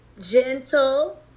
gentle